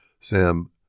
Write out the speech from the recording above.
Sam